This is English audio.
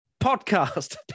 podcast